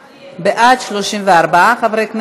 בעד, 34 חברי כנסת,